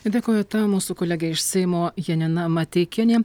dėkoju tau mūsų kolegė iš seimo janina mateikienė